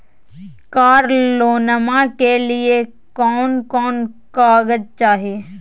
कार लोनमा के लिय कौन कौन कागज चाही?